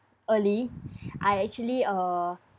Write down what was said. early I actually uh